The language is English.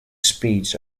speeds